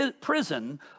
prison